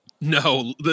No